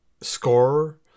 scorer